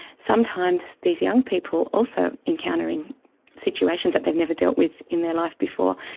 sometimes these young people, also encountering situations that they never dealt with in their life before,